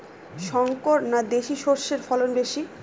শংকর না দেশি সরষের ফলন বেশী?